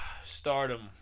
Stardom